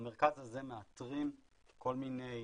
במרכז הזה מאתרים כל מיני